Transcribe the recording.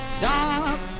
dark